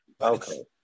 Okay